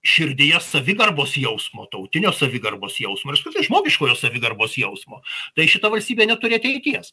širdyje savigarbos jausmo tautinio savigarbos jausmo ir apskritai žmogiškojo savigarbos jausmo tai šita valstybė neturi ateities